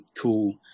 cool